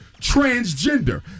Transgender